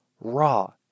raw